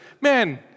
man